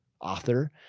author